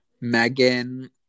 Megan